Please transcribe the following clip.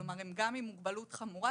כלומר הם גם עם מוגבלות חמורה,